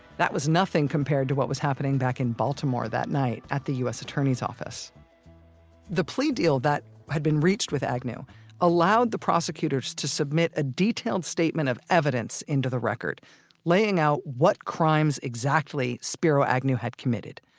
that was nothing compared to what was happening back in baltimore that night at the u s. attorney's office the plea deal that had been reached with agnew allowed the prosecutors to submit a detailed statement of evidence into the record laying out what crimes exactly spiro agnew had committed.